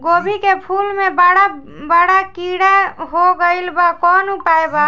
गोभी के फूल मे बड़ा बड़ा कीड़ा हो गइलबा कवन उपाय बा?